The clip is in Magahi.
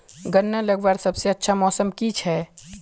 गन्ना लगवार सबसे अच्छा मौसम की छे?